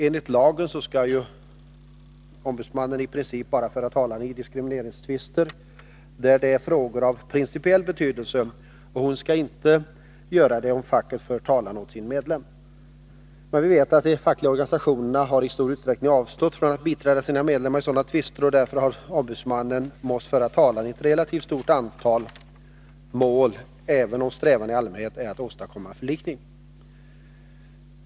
Enligt lagen skall ombudsmannen i princip bara föra talan i diskrimineringstvister, där det gäller frågor av principiell betydelse, och hon skall inte göra det om facket för talan åt sin medlem. Men de fackliga organisationerna har i stor utsträckning avstått från att biträda sina medlemmar i sådana tvister, och därför har ombudsmannen måst föra talan i ett relativt stort antal mål, trots att strävan i allmänhet är att åstadkomma förlikning.